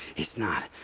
it's not.